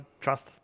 trust